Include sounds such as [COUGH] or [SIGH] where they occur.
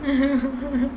[LAUGHS]